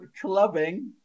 clubbing